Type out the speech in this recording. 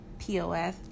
POF